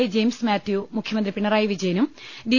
A James Mathew മുഖ്യമന്ത്രി പിണറായി വിജയനും D